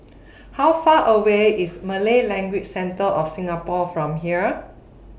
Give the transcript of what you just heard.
How Far away IS Malay Language Centre of Singapore from here